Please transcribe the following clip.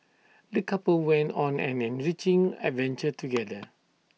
the couple went on an enriching adventure together